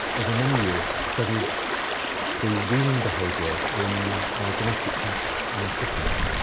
over many years, studied the weaning behavior in domestic cats and kittens.